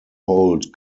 hold